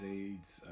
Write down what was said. aids